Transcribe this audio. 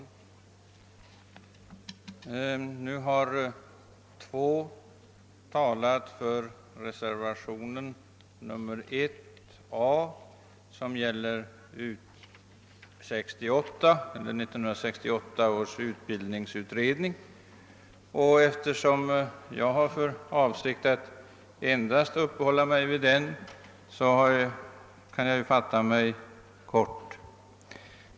Herr talman! Två tidigare talare har redan argumenterat för reservationen 1 a beträffande U 68, d. v. s. 1968 års utbildningsutredning, och eftersom jag har för avsikt att endast uppehålla mig vid denna reservation kan jag fatta mig kort.